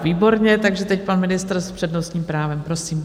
Výborně, takže teď pan ministr s přednostním právem, prosím.